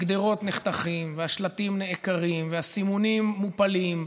הגדרות נחתכות והשלטים נעקרים והסימונים מופלים,